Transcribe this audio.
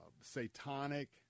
satanic